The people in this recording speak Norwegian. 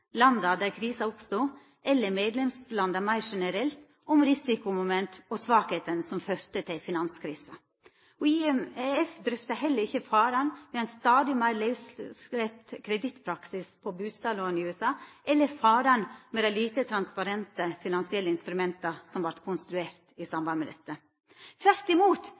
landa der krisa oppstod, eller medlemslanda meir generelt, om risikomomenta og svakheitene som førte til finanskrisa. IMF drøfta heller ikkje farane ved ein stadig meir lausslept kredittpraksis for bustadlån i USA, eller farane ved dei lite transparente finansielle instrumenta som vart konstruerte i samband med dette. Tvert imot,